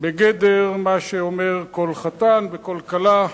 בגדר מה שאומרים כל חתן וכל כלה,